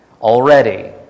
Already